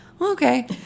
okay